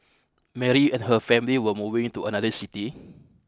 Mary and her family were moving to another city